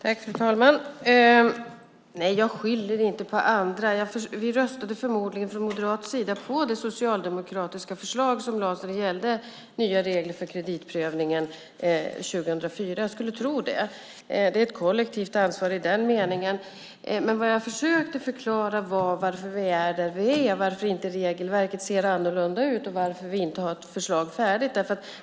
Fru talman! Nej, jag skyller inte på andra. Från moderat sida röstade vi förmodligen på det socialdemokratiska förslag som lades fram 2004 om nya regler för kreditprövningen. Jag skulle tro det. Det är ett kollektivt ansvar i den meningen. Det jag försökte förklara var varför vi är där vi är, varför regelverket inte ser annorlunda ut och varför vi inte har ett förslag färdigt.